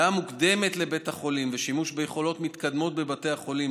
הגעה מוקדמת לבית החולים ושימוש ביכולות מתקדמות בבתי החולים,